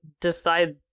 decide